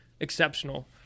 exceptional